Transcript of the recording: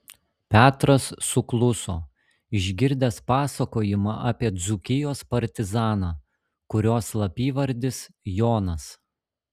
petras sukluso išgirdęs pasakojimą apie dzūkijos partizaną kurio slapyvardis jonas